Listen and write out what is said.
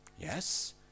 Yes